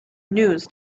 news